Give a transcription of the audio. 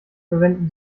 verwenden